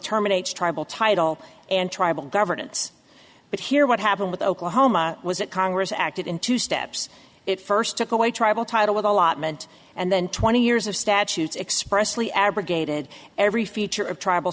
terminates tribal title and tribal governance but here what happened with oklahoma was that congress acted in two steps it first took away tribal title with allotment and then twenty years of statutes expressly abrogated every feature of tribal